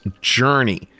Journey